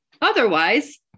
Otherwise